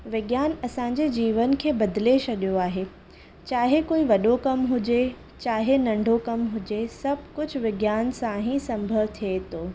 विज्ञान असांजे जीवन खे बदिले छॾियो आहे चाहे कोई वॾो कमु हुजे चाहे नंढो कमु हुजे सभु कुझु विज्ञान सां ई संभव थिए थो